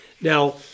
Now